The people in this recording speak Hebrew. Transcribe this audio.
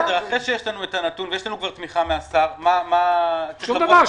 אחרי שיש לנו כבר את הנתון ויש לנו כבר תמיכה מהשר מה --- שוב דבר,